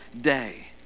day